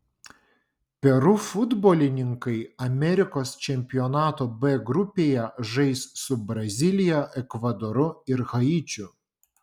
peru futbolininkai amerikos čempionato b grupėje žais su brazilija ekvadoru ir haičiu